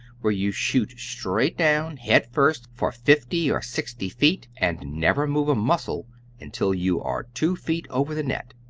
where you shoot straight down, head first, for fifty or sixty feet and never move a muscle until you are two feet over the net.